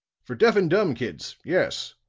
for deaf and dumb kids yes.